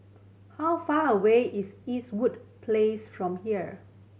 how far away is Eastwood Place from here